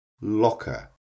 locker